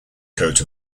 coat